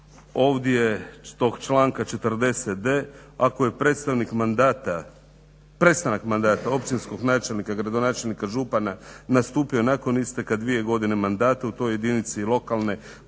Što se tiče članka 40.d ako je prestanak mandata općinski načelnik, gradonačelnik odnosno župana nastupio nakon isteka dvije godine mandata u toj jedinici lokalna i